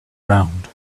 round